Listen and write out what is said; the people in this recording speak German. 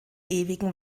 ewigen